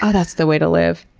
ah that's the way to live.